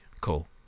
Cool